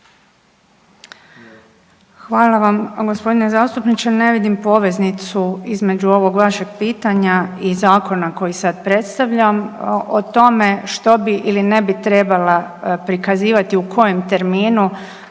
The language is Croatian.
Hvala vam gospodine zastupniče, ne vidim poveznicu između ovog vašeg pitanja i zakona koji sad predstavljam. O tome što bi ili ne bi trebala prikazivati u kojem terminu